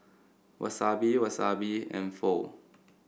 Wasabi Wasabi and Pho